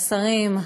השרים,